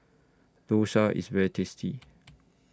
Dosa IS very tasty